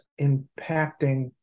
impacting